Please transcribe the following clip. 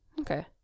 okay